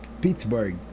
Pittsburgh